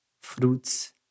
fruits